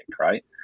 right